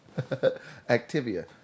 Activia